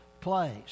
place